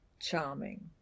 Charming